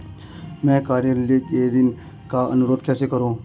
मैं कार्यालय से ऋण का अनुरोध कैसे करूँ?